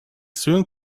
soon